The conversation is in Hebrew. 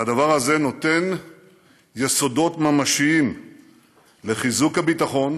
והדבר הזה נותן יסודות ממשיים לחיזוק הביטחון